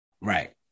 Right